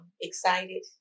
excited